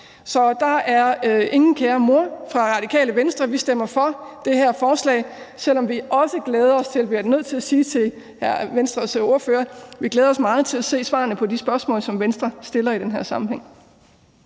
Så der er ingen kære mor fra Radikale Venstres side. Vi stemmer for det her forslag, selv om vi også – bliver jeg nødt til at sige til Venstres ordfører – glæder os meget til at se svarene på de spørgsmål, som Venstre stiller i den her sammenhæng.